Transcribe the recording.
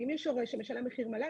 ואם יש הורה שמשלם מחיר מלא,